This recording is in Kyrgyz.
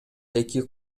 эки